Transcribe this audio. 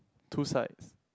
two sides